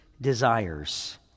desires